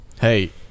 Hey